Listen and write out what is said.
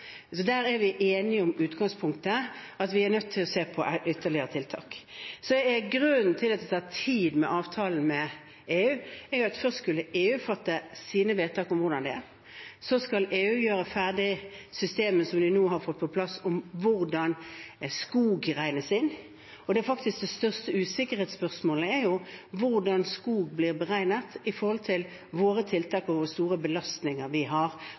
Der er vi enige om utgangspunktet – at vi er nødt til å se på ytterligere tiltak. Grunnen til at det tar tid med avtalen med EU, er at først skulle EU fatte sine vedtak om hvordan det er. Så skal EU gjøre ferdig systemet de nå har fått på plass, om hvordan skog regnes inn. Det er faktisk det største usikkerhetsspørsmålet – hvordan skog blir beregnet i forhold til våre tiltak, hvor store belastninger vi har,